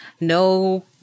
No